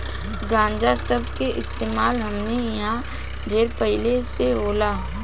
गांजा सब के इस्तेमाल हमनी इन्हा ढेर पहिले से होला